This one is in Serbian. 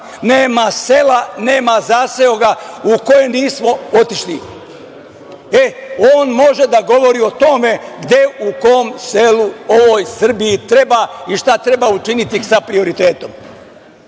Nema sela, nema zaseoka u koje nismo otišli. On može da govori o tome gde, u kom selu ovoj Srbiji treba i šta treba učiniti sa prioritetom. Ne